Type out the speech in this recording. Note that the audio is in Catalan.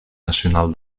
nacional